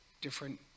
different